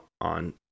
on